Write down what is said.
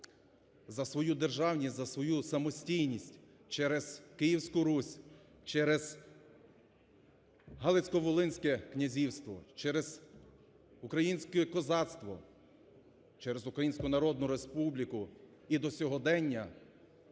за свою державність, за свою самостійність, через Київську Русь, через Галицько-Волинське князівство, через українське козацтво, через Українську Народну Республіку і до сьогодення